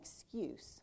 excuse